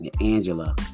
Angela